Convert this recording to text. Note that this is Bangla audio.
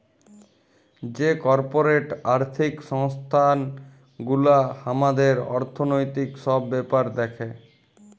যে কর্পরেট আর্থিক সংস্থান গুলা হামাদের অর্থনৈতিক সব ব্যাপার দ্যাখে